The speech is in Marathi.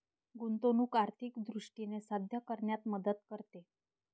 गुंतवणूक आर्थिक उद्दिष्टे साध्य करण्यात मदत करते